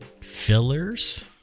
fillers